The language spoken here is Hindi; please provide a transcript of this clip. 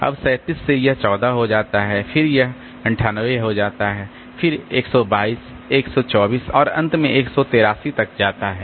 अब 37 से यह 14 हो जाता है फिर यह 98 हो जाता है फिर 122 124 और अंत में 183 तक जाता है